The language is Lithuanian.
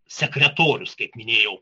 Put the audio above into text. sekretorius kaip minėjau